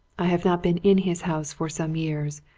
i have not been in his house for some years.